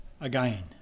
again